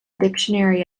dictionary